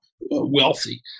wealthy